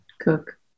cook